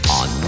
on